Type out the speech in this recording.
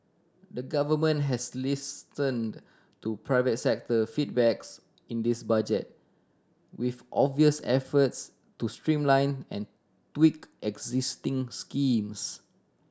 the Government has listened to private sector feedbacks in this Budget with obvious efforts to streamline and tweak existing schemes